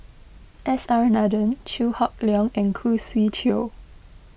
S R Nathan Chew Hock Leong and Khoo Swee Chiow